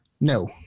No